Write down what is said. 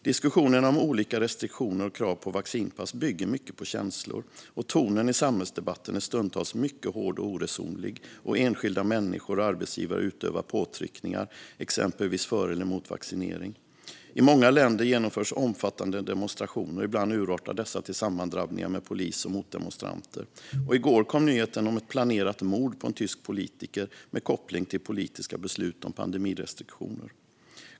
Diskussionerna om olika restriktioner och krav på vaccinationspass bygger mycket på känslor. Tonen i samhällsdebatten är stundtals mycket hård och oresonlig, och enskilda människor och arbetsgivare utövar påtryckningar, exempelvis för eller mot vaccinering. I många länder genomförs omfattande demonstrationer, och ibland urartar dessa till sammandrabbningar med polis och motdemonstranter. I går kom nyheten om ett planerat mord på en tysk politiker med koppling till politiska beslut om pandemirestriktioner.